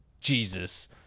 Jesus